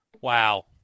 Wow